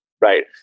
right